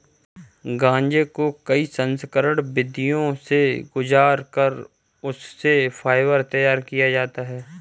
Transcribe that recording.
गांजे को कई संस्करण विधियों से गुजार कर उससे फाइबर तैयार किया जाता है